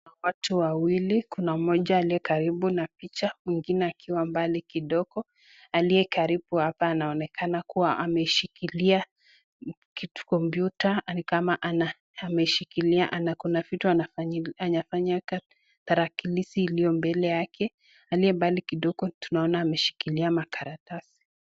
Kuna watu wawili, kuna mmoja aliye karibu na picha. Mwingine akiwa mbali kidogo, aliye karibu hapa anaonekana kuwa ameshikilia kompyuta. Ni kama ameashikilia, ana kuna vitu anafanyanga talakilisi iliyo mbele yake. Aliye mbali kidogo tunaona ameshikilia makaratasi.